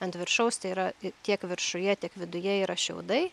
ant viršaus tai yra tiek viršuje tiek viduje yra šiaudai